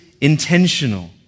intentional